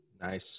Nice